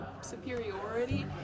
superiority